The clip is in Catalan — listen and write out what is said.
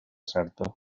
certa